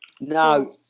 No